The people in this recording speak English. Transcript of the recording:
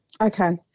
Okay